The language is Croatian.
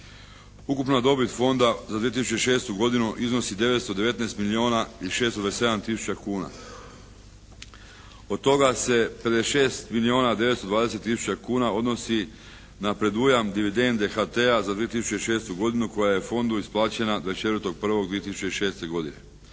Ukupna dobit Fonda za 2006. godinu iznosi 919 milijuna i 627 tisuća kuna. Od toga se 56 milijuna 920 tisuća kuna odnosi na predujam dividende HT-a za 2006. godinu koja je Fondu isplaćena 24.1.2006. godine.